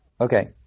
Okay